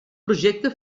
projecte